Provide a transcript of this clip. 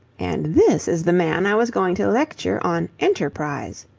and this is the man i was going to lecture on enterprise.